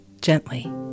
gently